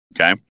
Okay